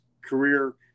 career